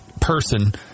person